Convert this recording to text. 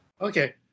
Okay